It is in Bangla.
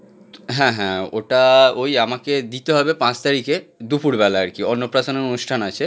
হ্যাঁ হ্যাঁ ওটা ওই আমাকে দিতে হবে পাঁচ তারিখে দুপুরবেলা আর কি অন্নপ্রাশনের অনুষ্ঠান আছে